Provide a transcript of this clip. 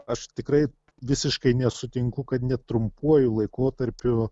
aš tikrai visiškai nesutinku kad net trumpuoju laikotarpiu